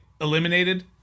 eliminated